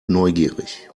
neugierig